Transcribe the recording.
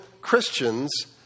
Christians